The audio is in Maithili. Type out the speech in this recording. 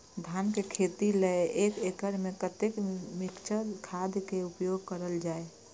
धान के खेती लय एक एकड़ में कते मिक्चर खाद के उपयोग करल जाय?